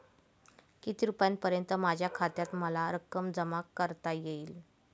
किती रुपयांपर्यंत माझ्या खात्यात मला रक्कम जमा करता येईल?